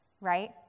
right